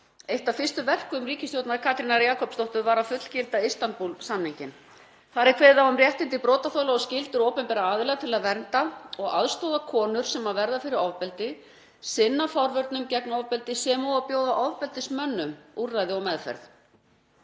af fyrstu verkum ríkisstjórnar Katrínar Jakobsdóttur var að fullgilda Istanbúl-samninginn. Þar er kveðið á um réttindi brotaþola og skyldur opinberra aðila til að vernda og aðstoða konur sem verða fyrir ofbeldi, sinna forvörnum gegn ofbeldi sem og að bjóða ofbeldismönnum úrræði og meðferð.